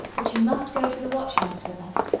but you must go to the watch-house with us